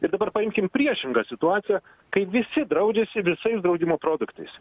ir dabar paimkim priešingą situaciją kai visi draudžiasi visais draudimo produktais